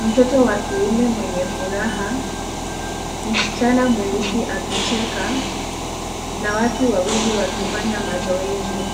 mtoto wakiume mwenye furaha , msichana mweusi akicheka na watu wawili wakifanya mazoezi.